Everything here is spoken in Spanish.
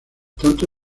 tanto